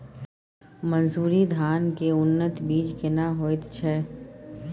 मन्सूरी धान के उन्नत बीज केना होयत छै?